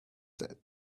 that